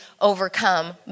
overcome